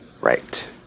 Right